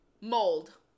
mold